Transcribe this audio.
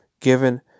given